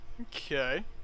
Okay